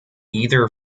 either